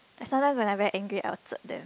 and sometimes when I'm very angry I'll tsk them